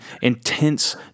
intense